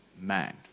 man